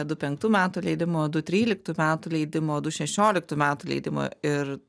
du penktų metų leidimo du tryliktų metų leidimo du šešioliktų metų leidimo ir